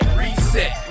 reset